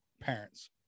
parents